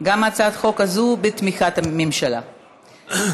כי הצעת חוק בתי דין רבניים (קיום פסקי דין של גירושין)